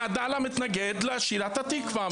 עדאללה מתנגד לשירת התקווה,